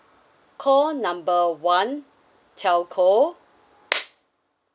call number one telco